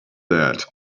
that